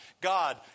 God